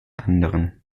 anderen